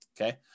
Okay